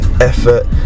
effort